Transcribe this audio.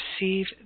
receive